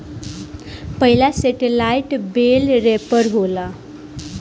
पहिला सेटेलाईट बेल रैपर होला